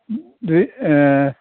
बे ओ